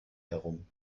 herum